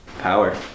power